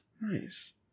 Nice